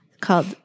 called